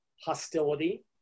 hostility